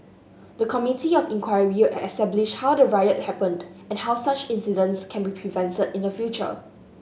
the Committee of Inquiry establish how the riot happened and how such incidents can be prevented in future